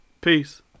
Peace